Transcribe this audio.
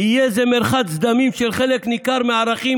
יהיה זה מרחץ דמים של חלק ניכר מהערכים